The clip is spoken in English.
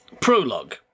Prologue